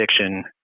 addiction